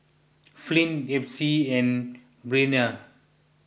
Flint Epsie and Breana